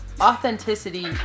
authenticity